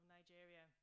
Nigeria